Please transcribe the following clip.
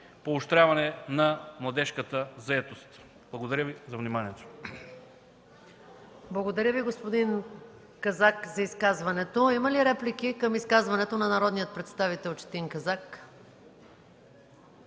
поощряване на младежката заетост. Благодаря Ви за вниманието. ПРЕДСЕДАТЕЛ МАЯ МАНОЛОВА: Благодаря Ви, господин Казак, за изказването. Има ли реплики към изказването на народния представител Четин Казак?